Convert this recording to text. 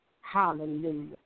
Hallelujah